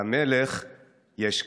/ למלך יש כתר,